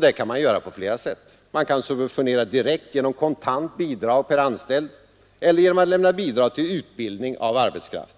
Det kan man göra på flera sätt. Man kan subventionera direkt genom kontant bidrag per anställd eller genom att lämna bidrag till utbildning av arbetskraft.